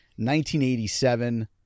1987